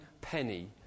penny